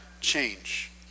change